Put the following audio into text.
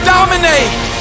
Dominate